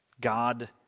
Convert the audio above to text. God